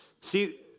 See